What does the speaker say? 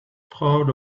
proud